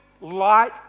light